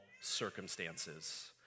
circumstances